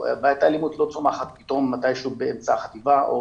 אלימות לא צומחת פתאום מתי שהוא באמצע החטיבה או